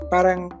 Parang